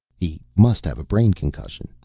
he must have a brain concussion,